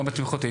גם בתמיכות,